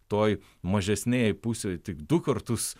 toj mažesnėjėj pusėj tik du kartus